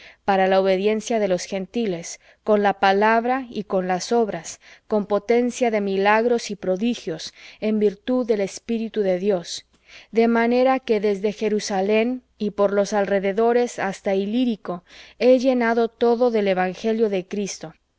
para la obediencia de los gentiles con la palabra y con las obras con potencia de milagros y prodigios en virtud del espíritu de dios de manera que desde jerusalem y por los alrededores hasta ilírico he llenado del evangelio de cristo